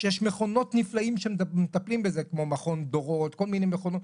שיש מכונים נפלאים שמטפלים בזה כמו מכון דורות ועוד כל מיני מכונים.